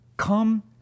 Come